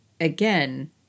again